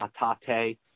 Atate